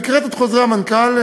הקראת את חוזרי המנכ"ל,